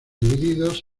divididos